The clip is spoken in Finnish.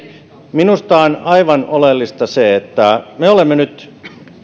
minusta on aivan oleellista se että me olemme nyt